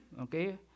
okay